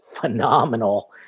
phenomenal